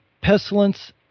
Pestilence